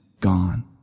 gone